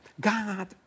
God